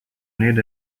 need